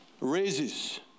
raises